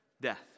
death